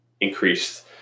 increased